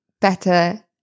better